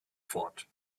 fort